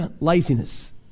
laziness